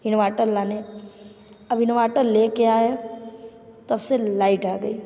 inverter लाने अब inverter ले कर आए तब से लाइट आ गई